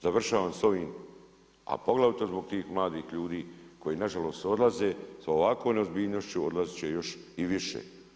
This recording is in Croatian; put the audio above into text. Završavam s ovim, a poglavito zbog tih mladih ljudi koji nažalost odlaze, a s ovakvom neozbiljnošću odlaziti će još i više.